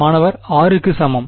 மாணவர் r க்கு சமம்